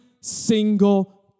single